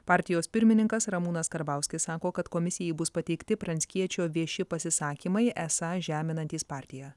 partijos pirmininkas ramūnas karbauskis sako kad komisijai bus pateikti pranckiečio vieši pasisakymai esą žeminantys partiją